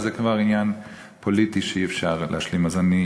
אז זה כבר עניין פוליטי שאי-אפשר להשלים עמו.